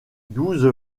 douze